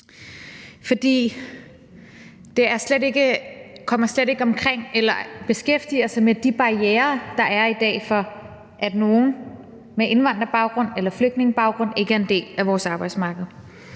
for det beskæftiger sig slet ikke med de barrierer, der er i dag, for, at nogle med indvandrerbaggrund eller flygtningebaggrund ikke er en del af vores arbejdsmarked.